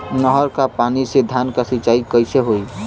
नहर क पानी से धान क सिंचाई कईसे होई?